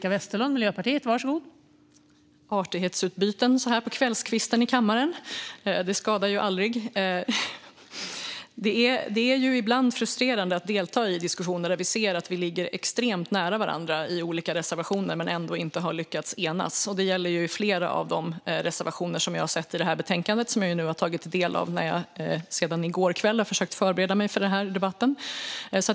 Fru talman! Det skadar ju aldrig med artighetsutbyten i kammaren så här på kvällskvisten! Det är ibland frustrerande att delta i diskussioner när vi ser att vi ligger extremt nära varandra i olika reservationer men ändå inte har lyckats enas. Det gäller flera av de reservationer som jag har sett i detta betänkande och som jag har tagit del av under det att jag sedan i går kväll har försökt att förbereda mig för denna debatt.